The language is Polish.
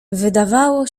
wydawało